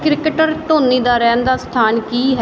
cricketer Dhoni ਦਾ ਰਹਿਣ ਦਾ ਸਥਾਨ ਕੀ ਹੈ